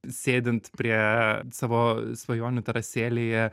sėdint prie savo svajonių terasėlėje